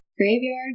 Graveyard